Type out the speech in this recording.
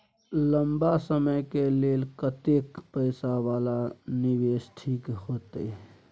लंबा समय के लेल कतेक पैसा वाला निवेश ठीक होते?